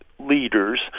leaders